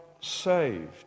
saved